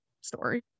story